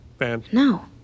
No